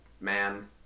man